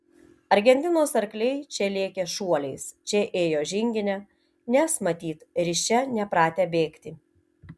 argentinos arkliai čia lėkė šuoliais čia ėjo žingine nes matyt risčia nepratę bėgti